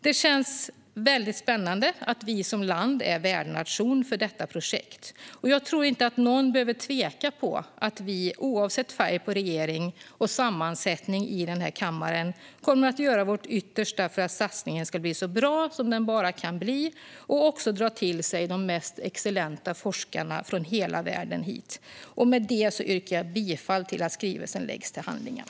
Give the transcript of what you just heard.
Det känns väldigt spännande att vi som land är värdnation för detta projekt. Jag tror inte att någon behöver tvivla på att vi, oavsett färg på regering och sammansättning i den här kammaren, kommer att göra vårt yttersta för att satsningen ska bli så bra som den bara kan bli och också dra till sig de mest excellenta forskarna från hela världen hit. Med detta föreslår jag att skrivelsen läggs till handlingarna.